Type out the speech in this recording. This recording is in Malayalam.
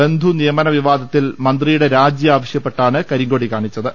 ബന്ധു നിയമന വിവാദത്തിൽ മന്ത്രിയുടെ രാജി ആവശ്യപ്പെട്ടാണ് കരിങ്കൊടി കാണിച്ചത്